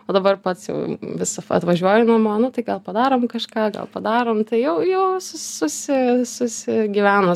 o dabar pats jau m vis atvažiuoju namo nu tai gal padarom kažką gal padarom tai jau jau sus susi susigyveno